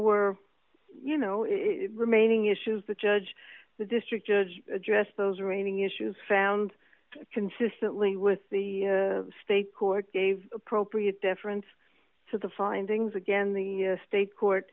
were you know it remaining issues the judge the district judge addressed those remaining issues found consistently with the state court gave appropriate deference to the findings again the state court